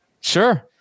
Sure